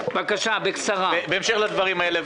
בהמשך לדברים האלה,